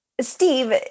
steve